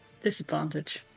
disadvantage